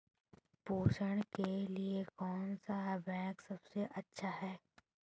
प्रेषण के लिए कौन सा बैंक सबसे अच्छा है?